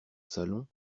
salon